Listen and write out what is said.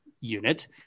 unit